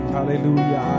Hallelujah